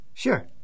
Sure